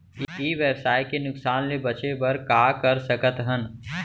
ई व्यवसाय के नुक़सान ले बचे बर का कर सकथन?